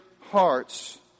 hearts